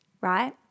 right